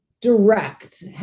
Direct